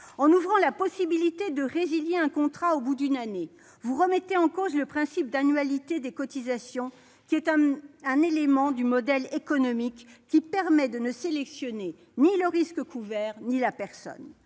En ouvrant la possibilité de résilier un contrat au bout d'une année, vous remettez en cause le principe d'annualité des cotisations, un élément du modèle économique qui permet de ne sélectionner ni le risque couvert ni la personne.